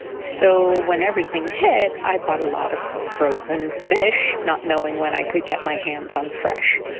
so when everything hit, i bought a lot of frozen fish, not knowing when i could get my hands on fresh.